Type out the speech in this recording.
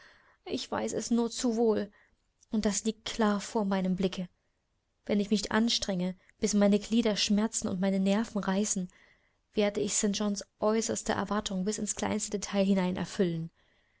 ich weiß es nur zu wohl auch das liegt klar vor meinem blicke wenn ich mich anstrenge bis meine glieder schmerzen und meine nerven reißen werde ich st johns äußerste erwartungen bis ins kleinste detail hinein